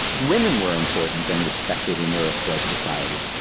women were important and respected in iroquois society.